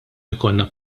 ikollna